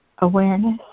awareness